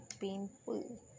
painful